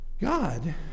God